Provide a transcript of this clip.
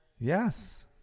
Yes